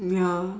ya